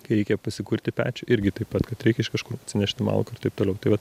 kai reikia pasikurti pečių irgi taip pat kad reikia iš kažkur atsinešti malkų ir taip toliau tai vat